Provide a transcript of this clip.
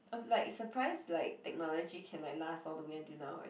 I'm like surprised like technology can like last all the way until now eh